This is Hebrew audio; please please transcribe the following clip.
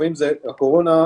הקורונה,